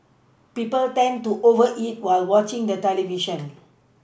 people tend to over eat while watching the television